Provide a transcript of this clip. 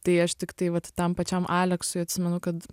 tai aš tiktai vat tam pačiam aleksui atsimenu kad